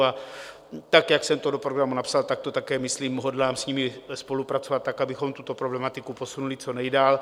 A tak, jak jsem to do programu napsal, tak to také myslím hodlám s nimi spolupracovat, abychom tuto problematiku posunuli do nejdál.